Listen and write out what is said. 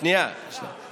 סליחה, אבל, שנייה.